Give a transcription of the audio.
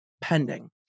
pending